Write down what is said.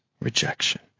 rejection